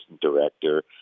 director